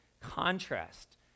contrast